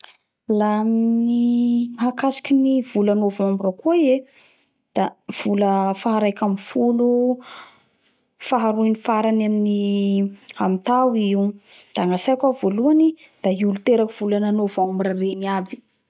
La ny mahakasiky ny vola novembre koa i e da vola faha raiky ambifolo faha roy ny farany amy amy tao i io da gnatsaiko ao voalohany da i olo teraky vola novembra regny aby